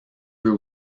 peut